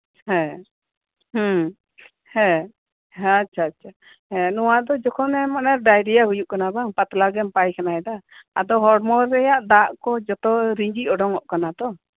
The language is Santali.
ᱦᱮᱸ ᱦᱮᱸ ᱦᱮᱸ ᱟᱪᱪᱷᱟ ᱟᱪᱪᱷᱟ ᱱᱚᱣᱟ ᱫᱚ ᱡᱚᱠᱷᱚᱱᱮᱢ ᱰᱟᱭᱨᱤᱭᱟ ᱦᱩᱭᱩᱜ ᱠᱟᱱᱟ ᱵᱟᱝ ᱯᱟᱛᱞᱟ ᱜᱮᱢ ᱯᱟᱭᱠᱷᱟᱱᱟᱭᱮᱫᱟ ᱟᱫᱚ ᱦᱚᱲᱢᱚ ᱨᱮᱭᱟᱜ ᱫᱟᱜ ᱠᱚ ᱡᱚᱛᱚ ᱜᱮ ᱩᱰᱩᱠᱚᱜ ᱠᱟᱱᱟ ᱛᱚ